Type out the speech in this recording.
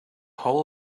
hull